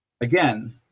Again